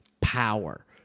power